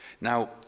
Now